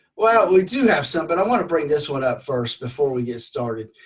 well, we do have something i want to bring this one up first, before we get started.